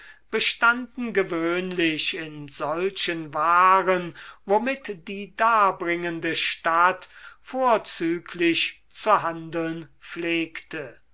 bestanden gewöhnlich in solchen waren womit die darbringende stadt vorzüglich zu handlen pflegte